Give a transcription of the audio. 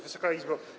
Wysoka Izbo!